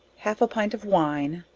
half a pint of wine,